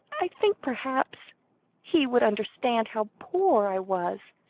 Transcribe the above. i think, perhaps he would understand how poor i was,